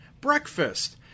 breakfast